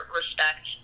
respect